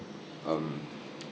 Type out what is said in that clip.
um